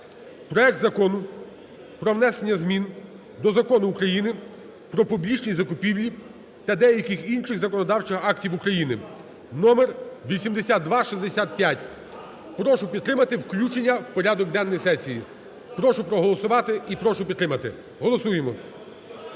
Проект Закону про внесення змін до Закону України "Про публічні закупівлі" та деяких інших законодавчих актів України (№ 8265). Прошу підтримати включення в порядок денний сесії. Прошу проголосувати і прошу підтримати. Голосуємо.